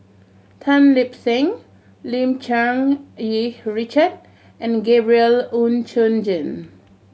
Tan Lip Seng Lim Cherng Yih Richard and Gabriel Oon Chong Jin